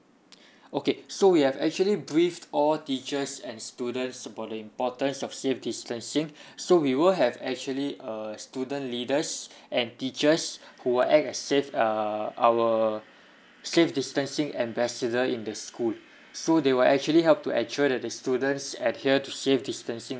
okay so we have actually briefed all teachers and students about the importance of safe distancing so we will have actually err student leaders and teachers who will act as safe err our safe distancing ambassador in the school so they will actually help to ensure that the students adhere to safe distancing